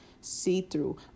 see-through